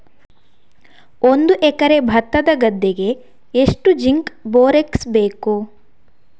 ಒಂದು ಎಕರೆ ಭತ್ತದ ಗದ್ದೆಗೆ ಎಷ್ಟು ಜಿಂಕ್ ಬೋರೆಕ್ಸ್ ಬೇಕು?